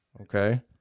Okay